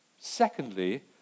Secondly